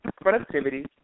productivity